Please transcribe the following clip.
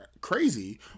crazy